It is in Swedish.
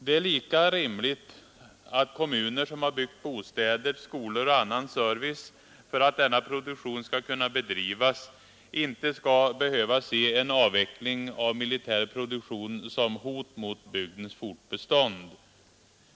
Det är lika rimligt att kommuner som byggt bostäder, skolor och annan service för att denna produktion skall kunna bedrivas inte skall behöva se en avveckling av militär produktion som hot mot bygdens fortbestånd.